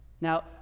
Now